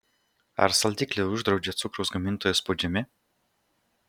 ar saldiklį uždraudžia cukraus gamintojų spaudžiami